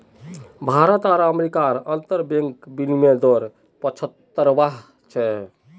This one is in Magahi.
भारत आर अमेरिकार अंतर्बंक विनिमय दर पचाह्त्तर छे